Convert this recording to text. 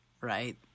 Right